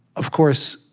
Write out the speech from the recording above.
of course,